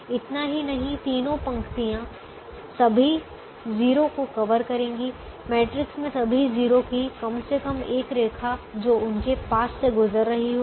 इतना ही नहीं तीनों पंक्तियाँ सभी 0 को कवर करेंगी मैट्रिक्स में सभी 0 की कम से कम एक रेखा जो उनके पास से गुजर रही होगी